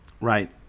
Right